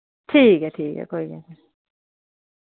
ठीक ऐ ठीक ऐ कोई गल्ल नेईं